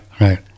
right